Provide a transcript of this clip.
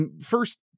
first